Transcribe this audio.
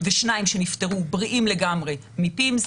ו-2 שנפטרו, בריאים לגמרי, מ-PIMS.